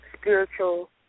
Spiritual